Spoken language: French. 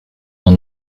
dans